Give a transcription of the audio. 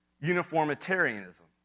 uniformitarianism